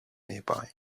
nearby